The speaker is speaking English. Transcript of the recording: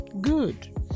good